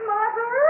Mother